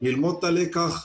ללמוד את הלקח.